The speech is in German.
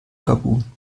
gabun